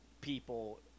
people